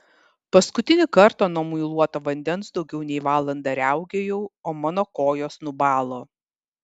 paskutinį kartą nuo muiluoto vandens daugiau nei valandą riaugėjau o mano kojos nubalo